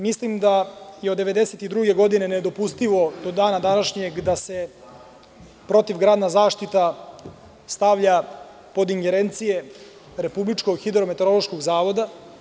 Mislim da je od 1992. godine do dana današnjeg nedopustivo da se protivgradna zaštita stavlja pod ingerencije Republičkog hidrometeorološkog zavoda.